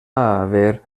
haver